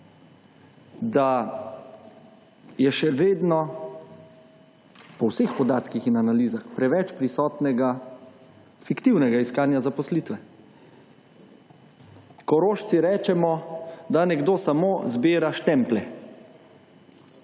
da je še vedno, po vseh podatkih in analizah, preveč prisotnega fiktivnega iskanja zaposlitve. Korošci rečemo, da nekdo samo zbira štemplje.